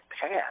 past